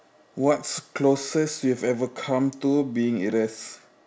what's closest you've ever come to being arrest